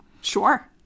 Sure